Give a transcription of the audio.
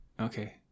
Okay